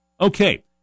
okay